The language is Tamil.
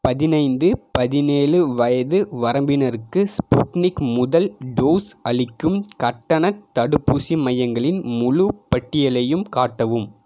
பதினைந்து பதினேழு வயது வரம்பினருக்கு ஸ்புட்னிக் முதல் டோஸ் அளிக்கும் கட்டணத் தடுப்பூசி மையங்களின் முழுப் பட்டியலையும் காட்டவும்